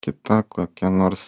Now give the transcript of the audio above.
kita kokia nors